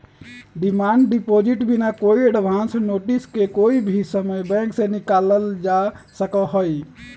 demand deposit बिना कोई advance notice के कोई भी समय बैंक से निकाल्ल जा सका हई